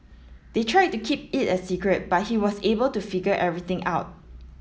they tried to keep it a secret but he was able to figure everything out